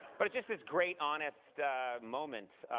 but it's just this great honest moment,